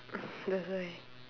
mm that's why